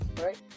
right